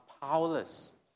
powerless